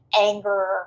anger